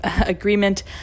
agreement